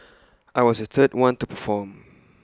I was the third one to perform